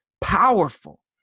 powerful